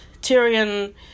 Tyrion